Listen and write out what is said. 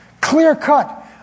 clear-cut